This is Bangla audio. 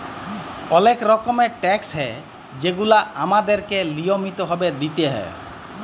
অলেক রকমের ট্যাকস হ্যয় যেগুলা আমাদেরকে লিয়মিত ভাবে দিতেই হ্যয়